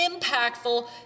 impactful